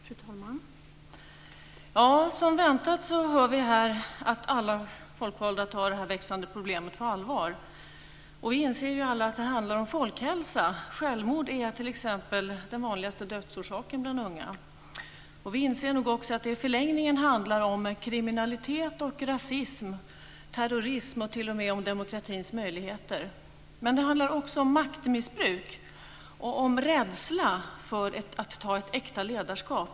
Fru talman! Som väntat hör vi här att alla folkvalda tar det växande problemet på allvar. Vi inser alla att det handlar om folkhälsa. Självmord är t.ex. den vanligaste dödsorsaken bland unga. Vi inser nog också att det i förlängningen handlar om kriminalitet och rasism, terrorism och t.o.m. demokratins möjligheter. Det handlar också om maktmissbruk och rädsla för att ta ett äkta ledarskap.